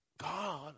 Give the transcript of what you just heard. God